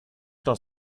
das